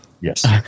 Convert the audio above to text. Yes